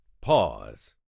pause